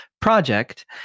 project